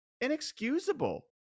inexcusable